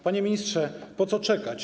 Panie ministrze, po co czekać?